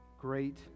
Great